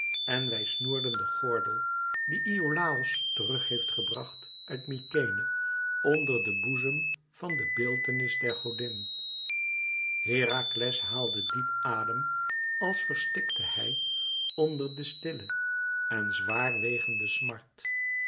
en wij snoerden den gordel dien iolàos terug heeft gebracht uit mykenæ onder den boezem van de beeltenis der godin herakles haalde diep adem als verstikte hij onder de stille en zwaar wegende smart